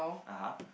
(uh huh)